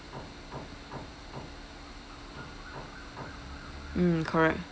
mm correct